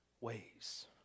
ways